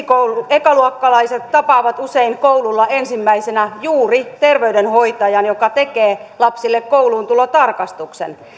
ekaluokkalaiset tapaavat usein koululla ensimmäisenä juuri terveydenhoitajan joka tekee lapsille kouluuntulotarkastuksen